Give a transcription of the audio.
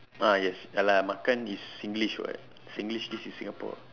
ah yes ya lah makan is singlish [what] singlish this is singapore